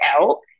out